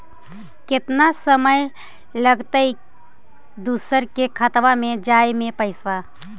केतना समय लगतैय दुसर के खाता में जाय में पैसा?